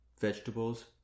vegetables